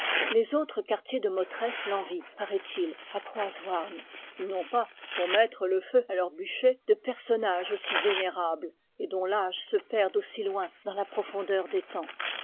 les autres quartiers de motreff l'envient paraît-il à croaz houarn ils n'ont pas pour mettre le feu à leurs bûchers de personnage aussi vénérable et dont l'âge se perde aussi loin dans la profondeur des temps